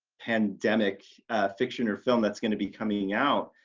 pandemic fiction or film that's going to be coming out